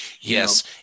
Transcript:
yes